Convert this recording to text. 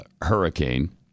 hurricane